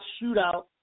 shootout